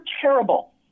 terrible